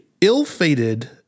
ill-fated